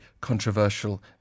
controversial